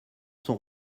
son